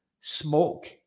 smoke